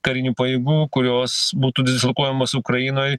karinių pajėgų kurios būtų dislokuojamos ukrainoj